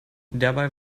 dabei